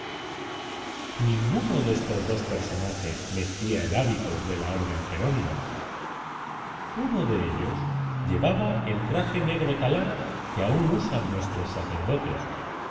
ninguno de estos dos personajes vestía el hábito de la orden jerónima uno de ellos llevaba el traje negro talar que aún usan nuestros sacerdotes